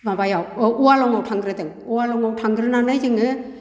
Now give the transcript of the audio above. माबायाव औ अवालं'आव थांग्रोदों अवाल'आव थांग्रोनानै जोङो